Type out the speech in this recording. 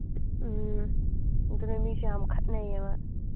ꯎꯝ ꯑꯗꯨꯅꯦ ꯃꯤꯁꯨ ꯌꯥꯝ ꯈꯠꯅꯩꯌꯦꯕ